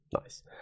Nice